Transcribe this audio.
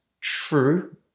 true